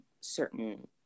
certain